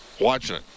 watching